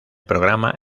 programa